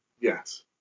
Yes